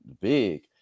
big